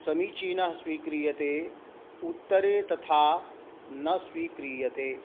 समीचीनः स्वीक्रियते उत्तरे तथा न स्वीक्रियते